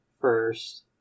first